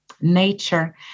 nature